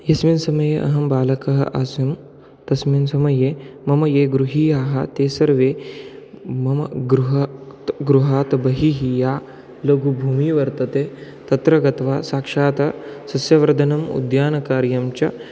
यस्मिन् समये अहं बालकः आसम् तस्मिन् समये मम ये गृहीयाः ते सर्वे मम गृहात् बहिः या लघुभूमिः वर्तते तत्र गत्वा साक्षात् सस्यवर्धनम् उद्यानकार्यं च